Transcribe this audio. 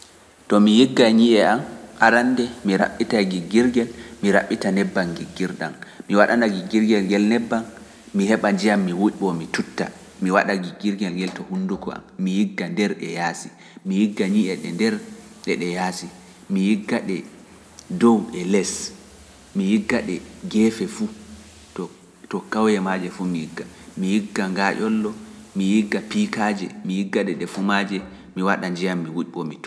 To mi yigga ñiiye am arande mi raɓɓita giggirgel, mi raɓɓita nebbam giggirɗam, mi waɗana giggirgel ngeel nebbam, mi heɓa njiyam mi wuɗɓo, mi tutta, mi waɗa giggirgel ngeel to hunduko am, mi yigga nder e yaasi, mi yigga ñiiye ɗe nder ɗe yaasi, mi yigga ɗe dow e les, mi yigga ɗe geefe fu, to kawoye maaje fu mi yigga, mi yigga ngaaƴollo, mi yigga pi piikaaji mi yigga ɗe ɗe fumaaji mi waɗa njiyam mi wuƴɓo mi too.